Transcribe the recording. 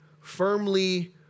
firmly